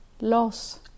loss